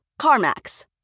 CarMax